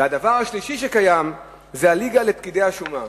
והדבר השלישי שקיים זה ה"ליגה" של פקידי השומה.